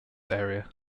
area